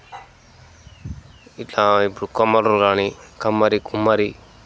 ఇట్లా ఇప్పుడు కుమ్మర్లు గానీ కమ్మరి కుమ్మరి